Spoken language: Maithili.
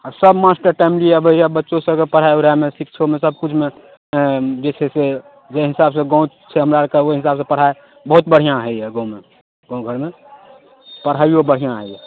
आओर सभ मास्टर टाइमली आबैए बच्चो सभके पढ़ाइ उढ़ाइ शिक्षोमे सबकिछुमे जे छै से जे हिसाबसे गाम छै हमरा आओरके ओहि हिसाबसे पढ़ाइ बहुत बढ़िआँ होइए गाममे गामघरमे पढ़ाइओ बढ़िआँ होइए